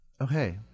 Okay